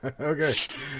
Okay